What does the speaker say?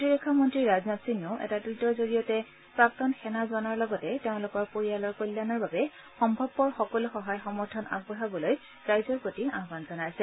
প্ৰতিৰক্ষা মন্ত্ৰী ৰাজনাথ সিঙেও এটা টুইটৰ জৰিয়তে প্ৰাক্তন সেনা জোৱানৰ লগতে তেওঁলোকৰ পৰিয়ালৰ কল্যাণৰ বাবে সম্ভৱপৰ সকলো সহায় সমৰ্থন আগবঢ়াবলৈ ৰাইজৰ প্ৰতি আহান জনাইছে